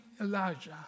Elijah